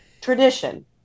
Tradition